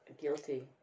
Guilty